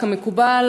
כמקובל,